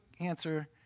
answer